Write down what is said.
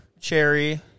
cherry